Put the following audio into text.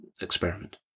experiment